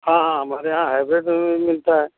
हाँ हाँ हमारे यहाँ हाइब्रेड में भी मिलता है